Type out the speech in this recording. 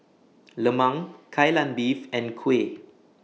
Lemang Kai Lan Beef and Kuih